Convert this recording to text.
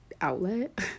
outlet